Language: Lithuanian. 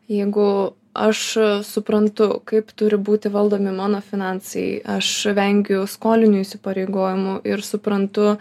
jeigu aš suprantu kaip turi būti valdomi mano finansai aš vengiu skolinių įsipareigojimų ir suprantu